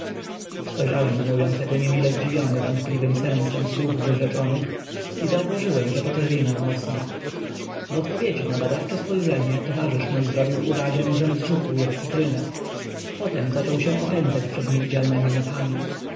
spojrzałem na mówiącego niemile zdziwiony wątpliwym sensem słów wyrzeczonych i zauważyłem że poczerwieniał mocno w odpowiedzi na badawcze spojrzenie towarzysz mój zrobił uwagę żem zżółkł jak cytryna potem zaczął się opędzać przed niewidzialnemi muchami